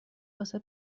واسه